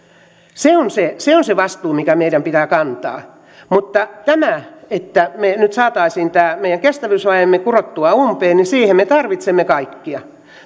se se on se vastuu mikä meidän pitää kantaa mutta siihen että me nyt saisimme tämän meidän kestävyysvajeemme kurottua umpeen me tarvitsemme kaikkia